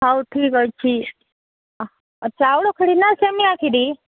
ହଉ ଠିକ୍ ଅଛି ଚାଉଳ କ୍ଷୀରି ନାଁ ସେମିଆ କ୍ଷୀରି